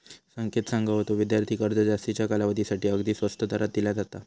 संकेत सांगा होतो, विद्यार्थी कर्ज जास्तीच्या कालावधीसाठी अगदी स्वस्त दरात दिला जाता